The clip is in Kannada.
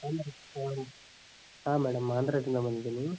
ಹಾಂ ಮೇಡಮ್ ಹಾಂ ಹಾಂ ಮೇಡಮ್ ಆಂಧ್ರದಿಂದ ಬಂದಿದ್ದೀನಿ